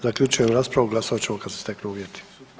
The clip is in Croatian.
Zaključujem raspravu, glasovat ćemo kad se steknu uvjeti.